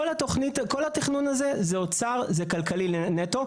כל התכנון הזה זה אוצר, זה כלכלי נטו.